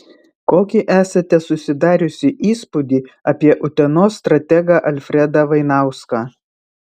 kokį esate susidariusi įspūdį apie utenos strategą alfredą vainauską